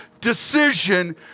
decision